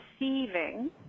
receiving